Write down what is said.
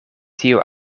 tiu